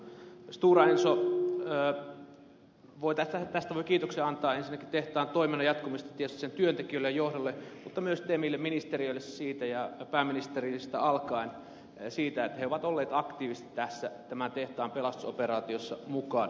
tästä stora enson tehtaan toiminnan jatkumisesta voi kiitoksen antaa ensinnäkin tietysti sen työntekijöille ja johdolle mutta myös temmille ministeriölle pääministeristä alkaen että he ovat olleet aktiivisesti tämän tehtaan pelastusoperaatiossa mukana